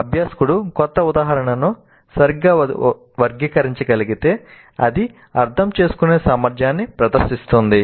అభ్యాసకుడు క్రొత్త ఉదాహరణను సరిగ్గా వర్గీకరించగలిగితే అది అర్థం చేసుకునే సామర్థ్యాన్ని ప్రదర్శిస్తుంది